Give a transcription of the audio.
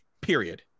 period